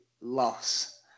loss